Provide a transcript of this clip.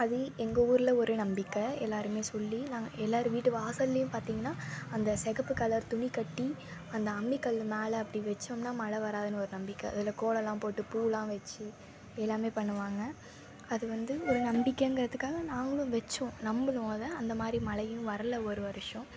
அது எங்கள் ஊரில் ஒரு நம்பிக்கை எல்லோருமே சொல்லி நாங்கள் எல்லார் வீட்டு வாசல்லேயும் பார்த்திங்கனா அந்த சிகப்பு கலர் துணி கட்டி அந்த அம்மிக்கல் மேலே அப்படி வெச்சோம்னா மழை வராதுன்னு ஒரு நம்பிக்கை அதில் கோலம்லாம் போட்டு பூலாம் வைச்சி இப்படி எல்லாம் பண்ணுவாங்க அது வந்து ஒரு நம்பிக்கைங்கறதுக்காக நாங்களும் வைச்சோம் நம்பினோம் அது அந்தமாதிரி மழையும் வரல ஒரு வருடம்